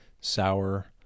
sour